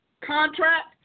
Contract